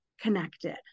connected